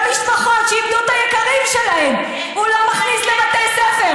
גם משפחות שאיבדו את היקרים שלהם הוא לא מכניס לבתי ספר.